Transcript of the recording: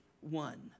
one